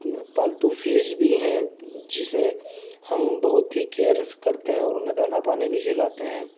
पालतू भैंस भी हैं जिसे हम बहुत ही केयर्स करते हैं और उन्हें दाना पानी भी पिलाते हैं